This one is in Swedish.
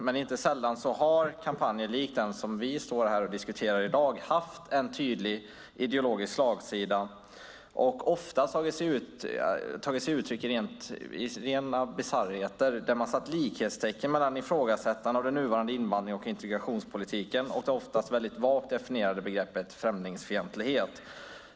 Men inte sällan har kampanjer, likt den vi står här och diskuterar i dag, haft en tydlig ideologisk slagsida och ofta tagit sig uttryck i rena bisarrheter, där man satt likhetstecken mellan ifrågasättande av den nuvarande invandrings och integrationspolitiken och det ofta väldigt vagt definierade begreppet "främlingsfientlighet".